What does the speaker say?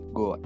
go